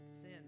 Sin